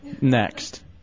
Next